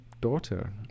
daughter